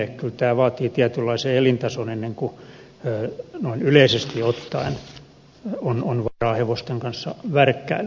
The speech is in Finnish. kyllä tämä vaatii tietynlaisen elintason ennen kuin noin yleisesti ottaen on varaa hevosten kanssa värkkäillä